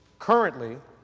currently,